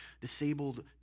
disabled